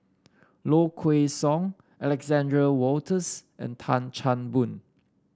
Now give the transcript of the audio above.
Low Kway Song Alexander Wolters and Tan Chan Boon